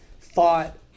thought